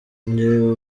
njye